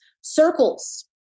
Circles